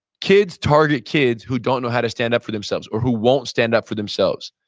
kids target kids who don't know how to stand up for themselves or who won't stand up for themselves.